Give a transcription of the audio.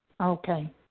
Okay